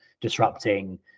disrupting